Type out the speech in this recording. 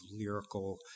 lyrical